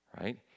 right